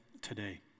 today